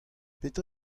petra